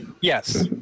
yes